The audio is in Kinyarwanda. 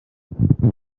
nta